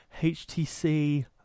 htc